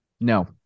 No